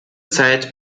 zeit